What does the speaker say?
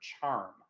charm